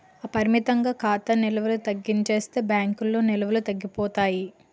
అపరిమితంగా ఖాతా నిల్వ తగ్గించేస్తే బ్యాంకుల్లో నిల్వలు తగ్గిపోతాయి